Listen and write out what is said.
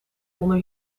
onder